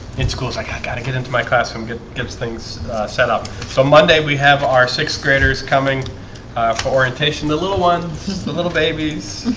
in schools, i got got to get into my classroom good tips things set up so monday, we have our sixth graders coming for orientation. the little ones the little babies